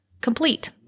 complete